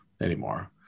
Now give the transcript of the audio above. anymore